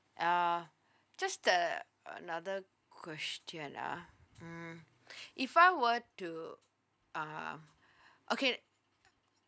uh just the another question ah hmm if I were to uh okay